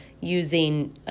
using